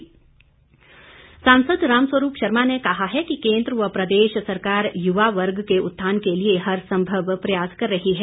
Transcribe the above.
रामस्वरूप सांसद रामस्वरूप शर्मा ने कहा है कि केन्द्र व प्रदेश सरकार युवा वर्ग के उत्थान के लिए हर संभव प्रयास कर रही है